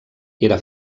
era